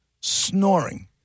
Snoring